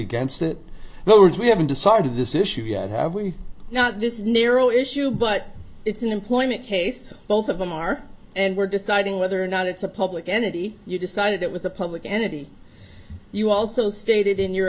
against it but which we haven't decided this issue yet have we not this narrow issue but it's an employment case both of them are and we're deciding whether or not it's a public entity you decided it was a public entity you also stated in your